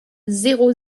zéro